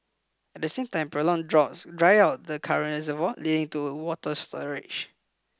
at the same time prolonged droughts dry out the current reservoir leading to water storage